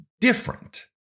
different